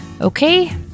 Okay